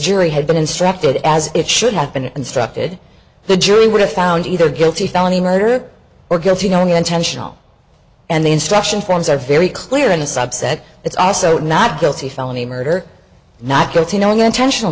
jury had been instructed as it should have been instructed the jury would have found either guilty felony murder or guilty only intentional and the instruction forms are very clear in a subset it's also not guilty felony murder not guilty no intentional